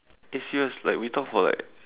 eh serious like we talk for like